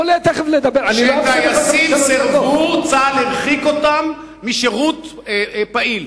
כשטייסים סירבו, צה"ל הרחיק אותם משירות פעיל.